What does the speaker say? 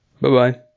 Bye-bye